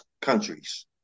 countries